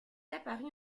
apparue